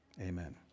amen